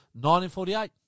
1948